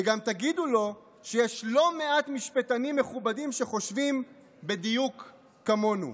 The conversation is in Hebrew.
וגם תגידו לו שיש לא מעט משפטנים מכובדים שחושבים בדיוק כמונו.